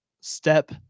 step